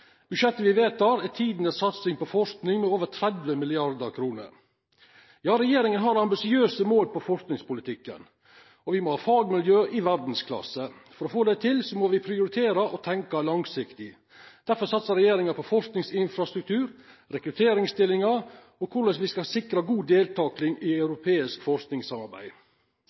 Budsjettet me vedtek, er tidenes satsing på forsking, med over 30 mrd. kr. Ja – regjeringa har ambisiøse mål for forskingspolitikken. Vi må ha fagmiljø i verdsklasse. For å få det må vi prioritera og tenkja langsiktig. Difor satsar regjeringa på forskingsinfrastruktur, rekrutteringsstillingar og korleis me skal sikra god deltaking i